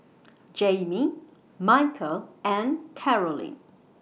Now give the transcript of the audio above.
Jaime Michial and Karolyn